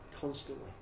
constantly